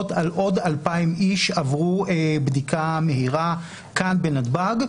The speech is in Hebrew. עוד 2,000 איש שעברו בדיקה מהירה כאן בנתב"ג,